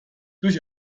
durch